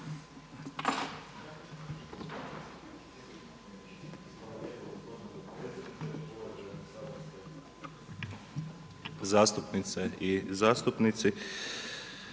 zastupnice i zastupnici!